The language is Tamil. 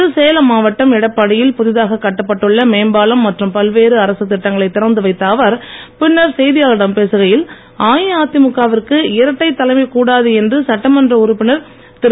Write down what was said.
இன்று சேலம் மாவட்டம் எடப்பாடியில் புதிதாகக் கட்டப்பட்டு உள்ள மேம்பாலம் மற்றும் பல்வேறு அரசுத் திட்டங்களைத் திறந்து வைத்த அவர் பின்னர் செய்தியாளர்களிடம் பேசுகையில் அஇஅதிமுக விற்கு இரட்டை தலைமை கூடாது என்று சட்டமன்ற உறுப்பினர் திரு